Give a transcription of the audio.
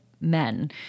men